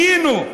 היינו,